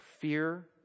fear